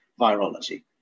virology